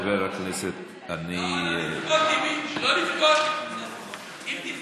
חבר הכנסת טיבי, תודה רבה.